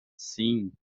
sim